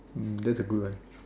that's a good one